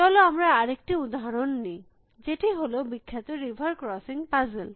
চল আমরা আরেকটি উদাহরণ নি যেটি হল বিখ্যাত রিভার ক্রসিং পাজেল